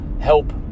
help